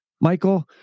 Michael